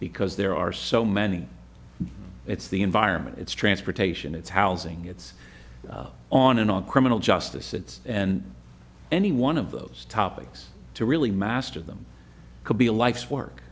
because there are so many it's the environment it's transportation it's housing it's on and on criminal justice it's and any one of those topics to really master them could be a life's work